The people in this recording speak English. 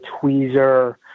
tweezer